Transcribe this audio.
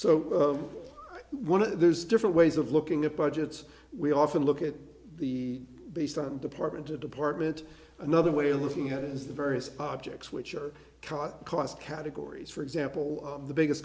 the there's different ways of looking at budgets we often look at the based on department to department another way of looking at it is the various objects which are caught cost categories for example the biggest